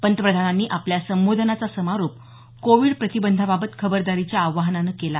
पंतप्रधानांनी आपल्या संबोधनाचा समारोप कोविड प्रतिबंधाबाबत खबरदारीच्या आवाहनानं केला